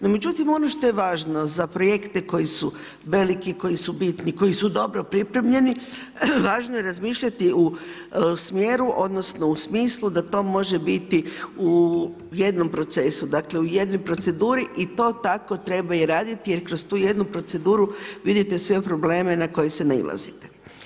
No međutim, ono što je važno za projekte koji su veliki, koji su bitni, koji su dobro pripremljeni važno je razmišljati u smjeru, odnosno u smislu da to može biti u jednom procesu, dakle u jednoj proceduri i to tako treba i raditi jer kroz tu jednu proceduru vidite sve probleme na koje se nailazite.